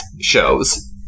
shows